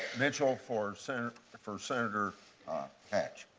mitchell, for so for senator hatch.